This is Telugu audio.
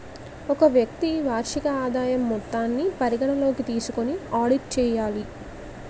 ఒక వ్యక్తి వార్షిక ఆదాయం మొత్తాన్ని పరిగణలోకి తీసుకొని ఆడిట్ చేయాలి